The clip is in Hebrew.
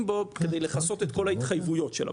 בזה כדי לכסות את כל ההתחייבויות של הבנק.